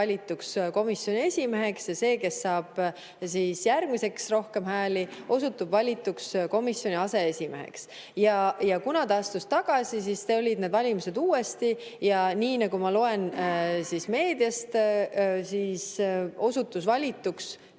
valituks komisjoni esimeheks, ja see, kes saab järgmiseks rohkem hääli, osutub valituks komisjoni aseesimeheks. Kuna ta astus tagasi, siis olid need valimised uuesti. Ja nii nagu ma loen meediast, osutus valituks